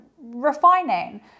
refining